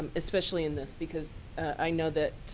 especially in this. because i know that